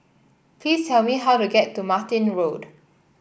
please tell me how to get to Martin Road